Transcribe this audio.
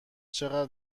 چقدر